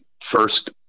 first